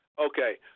Okay